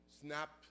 Snap